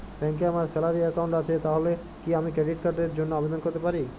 ব্যাংকে আমার salary account আছে তাহলে কি আমি ক্রেডিট কার্ড র জন্য আবেদন করতে পারি?